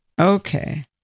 Okay